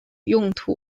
用途